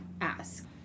ask